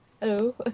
Hello